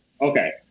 Okay